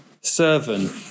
servant